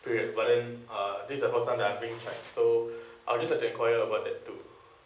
period but then uh this is the first time I've been charged so I'll just enquire about that too